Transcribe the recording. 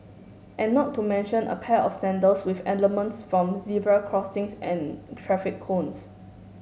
and not to mention a pair of sandals with elements from zebra crossings and traffic cones